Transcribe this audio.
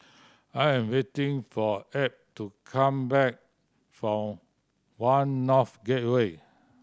I am waiting for Add to come back from One North Gateway